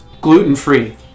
gluten-free